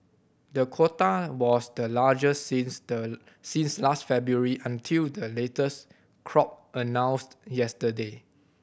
the quota was the largest since the since last February until the latest crop announced yesterday